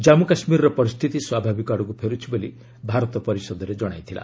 ଜାନ୍ମୁ କାଶ୍ମୀରର ପରିସ୍ଥିତି ସ୍ୱାଭାବିକ ଆଡ଼କୁ ଫେରୁଛି ବୋଲି ଭାରତ ପରିଷଦରେ ଜଣାଇଛି